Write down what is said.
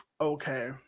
okay